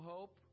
Hope